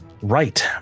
Right